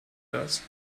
das